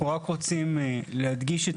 אנחנו רק רוצים להדגיש את